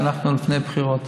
כי אנחנו לפני בחירות.